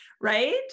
right